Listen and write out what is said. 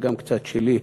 וגם קצת שלי,